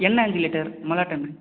எண்ணெய் அஞ்சு லிட்டர் மல்லாட்ட எண்ணெய்